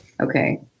Okay